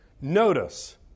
Notice